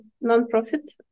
non-profit